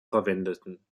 verwendeten